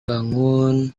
bangun